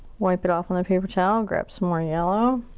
wipe it off on the paper towel, grab some more yellow.